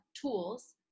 tools